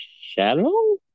shallow